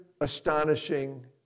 astonishing